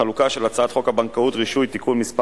חלוקה, של הצעת חוק הבנקאות (רישוי) (תיקון מס'